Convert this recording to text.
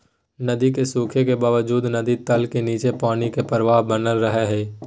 नदी के सूखे के बावजूद नदी तल के नीचे पानी के प्रवाह बनल रहइ हइ